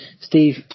Steve